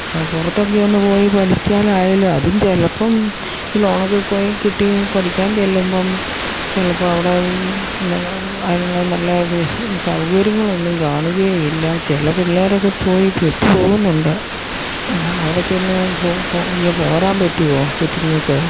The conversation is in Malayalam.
ആ പുറത്തൊക്കെ ഒന്ന് പോയി പഠിക്കാനായാലും അതും ചിലപ്പോള് ഈ ലോണൊക്കെ പോയി കിട്ടി പഠിക്കാൻ ചെല്ലുമ്പോള് ചിലപ്പോള് അവിടെ അതിനുള്ള നല്ല സൗകര്യങ്ങളൊന്നും കാണുകയുമില്ല ചില പിള്ളേരൊക്കെ പോയി പെട്ടുപോകുന്നുണ്ട് അവിടെ ചെന്ന് ഇങ്ങുപോരാൻ പറ്റുമോ കൊച്ചുങ്ങള്ക്ക്